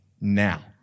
now